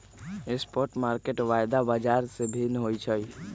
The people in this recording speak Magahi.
स्पॉट मार्केट वायदा बाजार से भिन्न होइ छइ